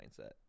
mindset